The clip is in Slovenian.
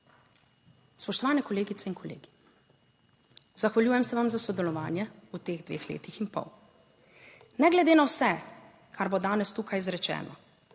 Spoštovane kolegice in kolegi, zahvaljujem se vam za sodelovanje v teh dveh letih in pol. Ne glede na vse, kar bo danes tukaj izrečeno,